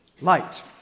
light